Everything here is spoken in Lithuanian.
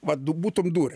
vat būtum dūrę